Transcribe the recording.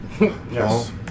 Yes